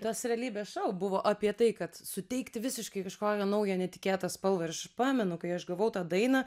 tas realybės šou buvo apie tai kad suteikti visiškai kažkokią naują netikėtą spalvą ir aš pamenu kai aš gavau tą dainą